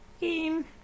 game